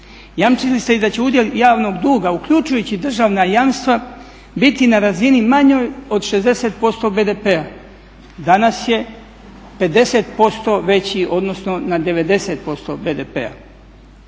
Jamčili ste i da će udjel javnog duga uključujući državna jamstva biti na razini manjoj od 60% BDP-a, danas je 50% veći odnosno na 90% BDP-a.